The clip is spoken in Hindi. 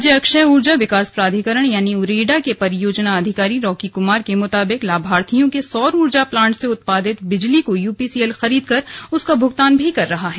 राज्य अक्षय ऊर्जा विकास प्राधिकरण यानि उरेडा के परियोजना अधिकारी रॉकी कुमार के मुताबिक लाभार्थियों के सौर ऊर्जा प्लांट से उत्पादित बिजली को यूपीसीएल खरीदकर उसका भुगतान भी कर रहा है